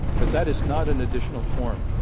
but that is not an additional form.